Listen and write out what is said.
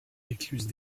l’écluse